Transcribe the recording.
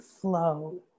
flow